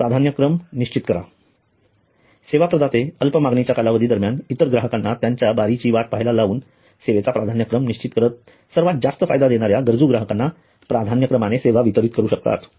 प्राधान्यक्रम निश्चित करा सेवा प्रदाते अल्प मागणीच्या कालावधी दरम्यान इतर ग्राहकांना त्यांच्या बारीची वाट पाहायला लावून सेवेचा प्राधान्यक्रम निश्चित करत सर्वात जास्त फायदा देणाऱ्या गरजू ग्राहकांना प्राधान्यक्रमाने सेवा वितरित करू शकतात